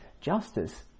justice